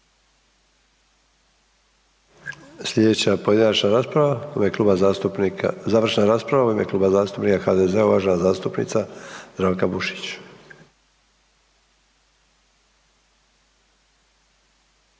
Sljedeća završna rasprava u ime Kluba zastupnika HDZ-a, uvažena zastupnica Grozdana Perić.